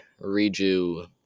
Riju